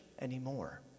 anymore